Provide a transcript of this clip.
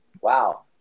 Wow